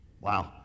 Wow